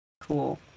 Cool